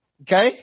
okay